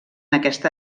aquesta